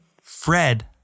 Fred